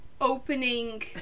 opening